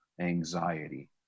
anxiety